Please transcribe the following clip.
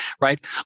right